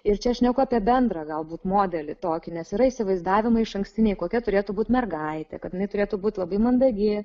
ir čia šneku apie bendrą galbūt modelį tokį nes yra įsivaizdavimai išankstiniai kokia turėtų būt mergaitė kad jinai turėtų būt labai mandagi